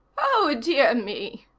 oh, dear me.